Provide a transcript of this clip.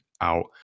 out